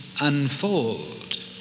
unfold